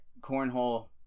cornhole